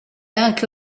anche